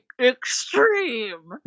extreme